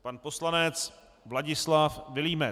Pan poslanec Vladislav Vilímec.